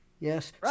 Yes